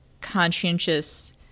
conscientious